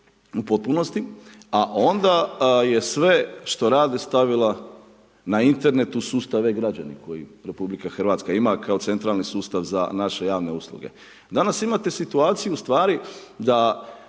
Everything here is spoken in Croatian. u potpunosti a onda je sve što rade stavila na internetu u sustavu E-građanin koji RH ima kao centralni sustav za naše javne usluge. Danas imate situaciju ustvari da